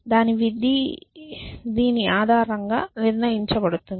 దాని విధి దీని ఆధారంగా నిర్ణయించబడుతుంది